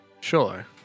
Sure